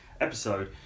episode